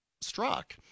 struck